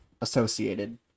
associated